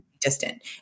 distant